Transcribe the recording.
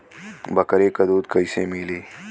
बकरी क दूध कईसे मिली?